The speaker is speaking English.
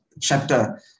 chapter